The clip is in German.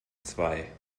zwei